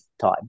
time